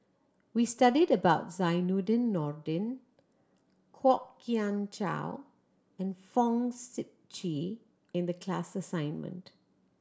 we studied about Zainudin Nordin Kwok Kian Chow and Fong Sip Chee in the class assignment